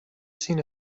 seen